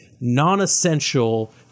non-essential